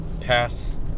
pass